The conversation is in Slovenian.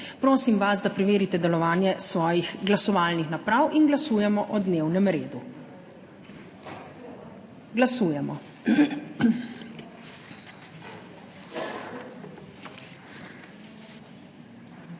Prosim vas, da preverite delovanje svojih glasovalnih naprav in glasujemo o dnevnem redu. Glasujemo.